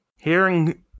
Hearing